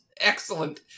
Excellent